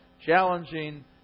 Challenging